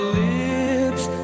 lips